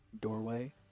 doorway